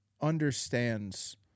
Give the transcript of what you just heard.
understands